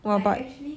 !wah! but